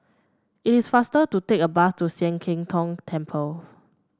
it is faster to take a bus to Sian Keng Tong Temple